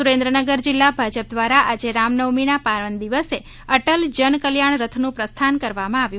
સુરેન્દ્રનગર જિલ્લા ભાજપ દ્વારા આજે રામનવમી ના પાવન દિવસે અટલ જન કલ્યાણ રથનું પ્રસ્થાન કરવામાં આવ્યું